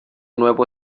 nuevo